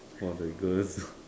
for the girls